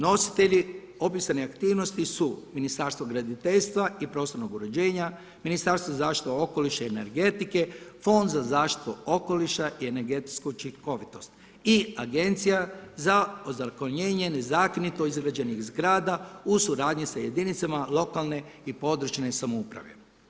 Nositelji opisane aktivnosti su Ministarstvo graditeljstva i prostornog uređenja, Ministarstvo zaštite okoliša i energetike, Fond za zaštitu okoliša i energetsku učinkovitost i Agencija za ozakonjenje nezakonito izgrađenih zgrada u suradnji sa jedinicama lokalne i područne samouprave.